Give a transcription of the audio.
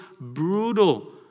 brutal